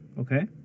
Okay